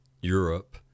Europe